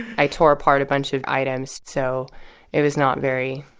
i tore apart a bunch of items, so it was not very.